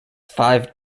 five